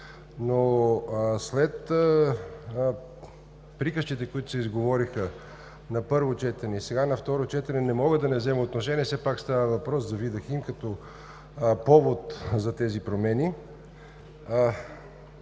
Но след приказките, които се изговориха на първо четене и сега на второ четене, не мога да не взема отношение. Все пак става въпрос за „Видахим“, като повод за тези промени.